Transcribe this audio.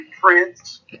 Prince